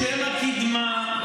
בשם הקדמה,